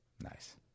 Nice